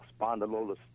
spondylolisthesis